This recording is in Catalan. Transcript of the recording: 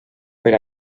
per